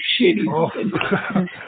shitty